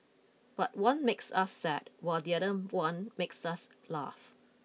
but one makes us sad while the other one makes us laugh